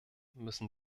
müssen